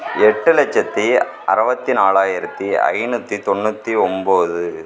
எட்டு லட்சத்து அறபத்தி நாலாயிரத்து ஐநூற்றி தொண்ணூற்றி ஒம்பது